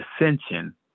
ascension